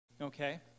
Okay